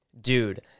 Dude